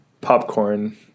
popcorn